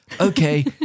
Okay